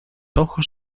ojos